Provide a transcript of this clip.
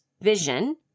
vision